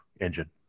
engine